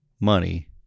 money